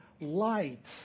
light